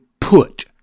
put